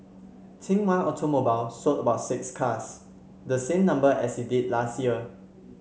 think One Automobile sold about six cars the same number as it did last year